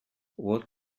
what